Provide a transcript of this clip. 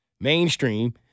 mainstream